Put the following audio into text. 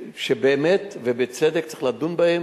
שבאמת ובצדק צריך לדון בהן,